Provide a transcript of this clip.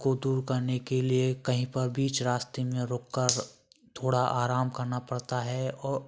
को दूर करने के लिए कहीं पर बीच रास्ते में रुक कर थोड़ा आराम करना पड़ता है और